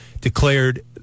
declared